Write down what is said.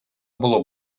було